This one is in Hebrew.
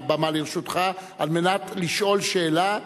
הבמה לרשותך על מנת לשאול שאלה.